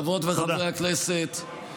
חברות וחברי הכנסת,